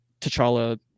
t'challa